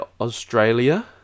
Australia